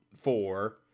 four